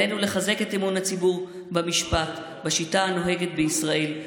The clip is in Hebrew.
עלינו לחזק את אמון הציבור במשפט בשיטה הנוהגת בישראל,